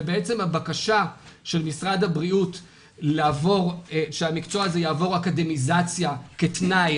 הבקשה של משרד הבריאות שהמקצוע הזה יעבור אקדמיזציה כתנאי